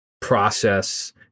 process